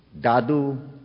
Dadu